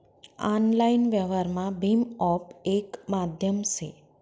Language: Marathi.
आनलाईन व्यवहारमा भीम ऑप येक माध्यम से